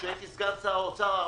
כשהייתי סגן שר האוצר,